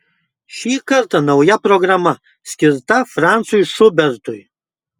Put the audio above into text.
šį kartą nauja programa skirta francui šubertui